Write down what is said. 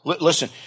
Listen